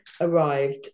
arrived